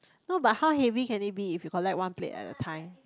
no but how having can it be if you collect one play at a time